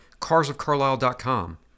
carsofcarlisle.com